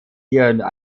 hier